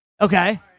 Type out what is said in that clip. Okay